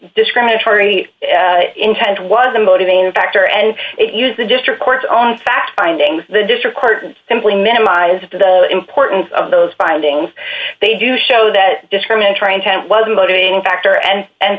discriminatory intent was a motivating factor and it used the district court's own fact finding the district court simply minimize the importance of those findings they do show that discriminatory intent was a motivating factor and and